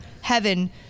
heaven